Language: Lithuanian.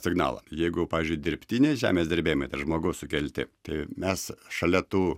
signalą jeigu pavyzdžiui dirbtiniai žemės drebėjimai tai yra žmogaus sukelti tai mes šalia tų